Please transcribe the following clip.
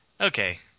Okay